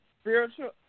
spiritual